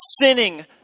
sinning